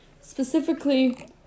specifically